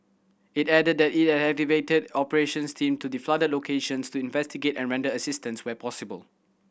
it added that it had activated operations team to the flooded locations to investigate and render assistance where possible